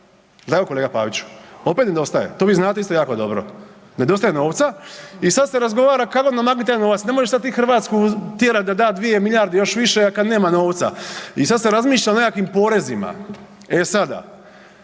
nedostaje, … kolega Paviću, opet nedostaje to vi znate isto jako dobro. Nedostaje novca i sada se razgovara kako namaknuti taj novac, ne možeš sad ti Hrvatsku tjerat da da 2 milijarde i još više kada nema novca. I sada se razmišlja o nekakvim porezima, e sada